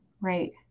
right